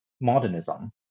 modernism